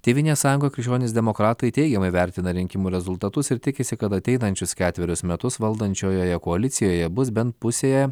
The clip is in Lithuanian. tėvynės sąjunga krikščionys demokratai teigiamai vertina rinkimų rezultatus ir tikisi kad ateinančius ketverius metus valdančiojoje koalicijoje bus bent pusėje